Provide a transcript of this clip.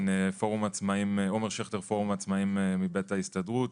פורום העצמאים מבית ההסתדרות.